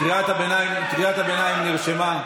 קריאת הביניים נרשמה.